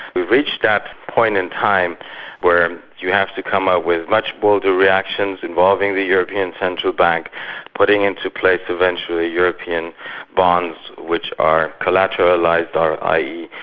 we've reached that point in time where you have to come up with much bolder reactions involving the european central bank putting into place eventually european bonds which are collateralised i. e,